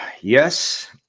Yes